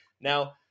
Now